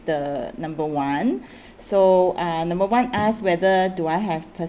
the number one so uh number one ask whether do I have per~